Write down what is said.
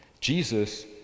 Jesus